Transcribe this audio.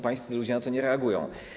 Pańscy ludzie na to nie reagują.